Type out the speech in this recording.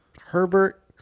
Herbert